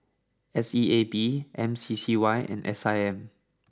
S E A B M C C Y and S I M